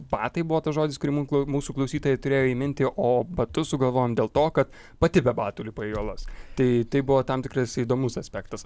batai buvo tas žodis kurį mum mūsų klausytojai turėjo įminti o batus sugalvojom dėl to kad pati be batų lipai į uolas tai tai buvo tam tikras įdomus aspektas